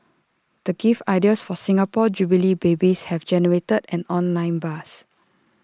the gift ideas for Singapore jubilee babies have generated an online buzz